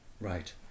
right